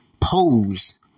pose